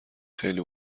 خیلی